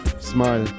Smile